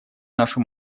нашу